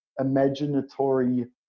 imaginatory